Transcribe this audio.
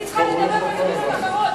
היא צריכה לדבר במדינות אחרות,